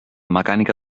mecànica